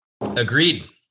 Agreed